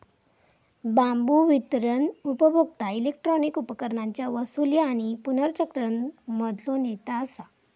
बांबू वितरण उपभोक्ता इलेक्ट्रॉनिक उपकरणांच्या वसूली आणि पुनर्चक्रण मधलो नेता असा